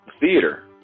theater